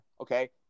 okay